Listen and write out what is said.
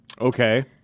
Okay